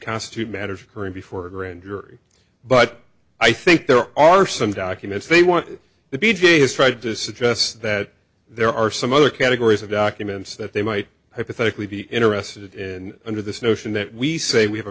constitute matters occurring before a grand jury but i think there are some documents they want the b j has tried to suggest that there are some other categories of documents that they might hypothetically be interested in under this notion that we say we have a